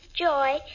Joy